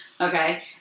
Okay